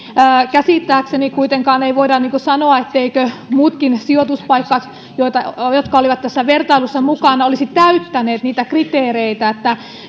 käsittääkseni kuitenkaan ei voida sanoa etteivätkö muutkin sijoituspaikat jotka olivat tässä vertailussa mukana olisi täyttäneet niitä kriteereitä